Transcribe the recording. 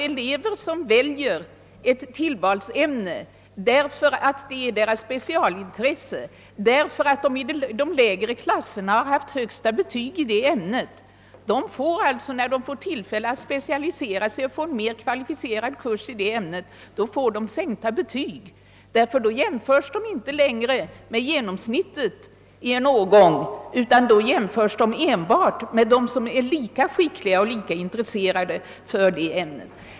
Elever som väljer ett tillvalsämne därför att det är deras specialintresse, därför att de i de lägre klasserna haft högsta betyg i det ämnet, får alltså när de får tillfälle att specialisera sig och ta en mer kvalificerad kurs i detta ämne sänkta betyg, därför att de då inte längre jämförs med genomsnittet i en årgång utan enbart med dem som är lika skickliga och lika intresserade som de själva av ämnet.